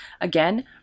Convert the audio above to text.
Again